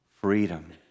freedom